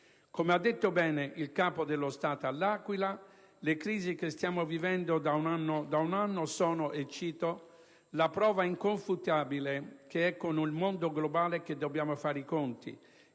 Come ha detto bene il Capo dello Stato a L'Aquila, le crisi che stiamo vivendo da un anno sono «La prova inconfutabile che è con un mondo globale che dobbiamo fare i conti,